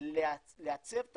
לעצב את